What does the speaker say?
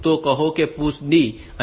તો કહો કે આ PUSH D છે